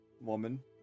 woman